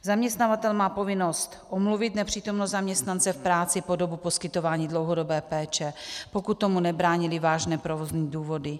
Zaměstnavatel má povinnost omluvit nepřítomnost zaměstnance v práci po dobu poskytování dlouhodobé péče, pokud tomu nebrání vážné provozní důvody.